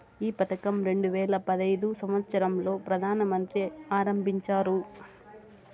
ఈ పథకం రెండు వేల పడైదు సంవచ్చరం లో ప్రధాన మంత్రి ఆరంభించారు